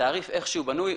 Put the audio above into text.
התעריף אך שהוא בנוי,